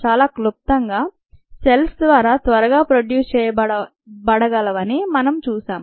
చాలా క్లుప్తంగా సెల్స్ చాలా త్వరగా ప్రోడ్యూస్ చేయబడగలవని మనం చూశాం